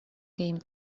game